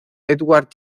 edward